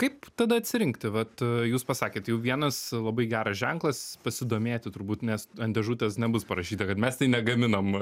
kaip tada atsirinkti vat jūs pasakėt jau vienas labai geras ženklas pasidomėti turbūt nes ant dėžutės nebus parašyta kad mes tai negaminam